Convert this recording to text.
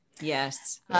Yes